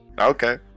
Okay